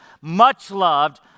much-loved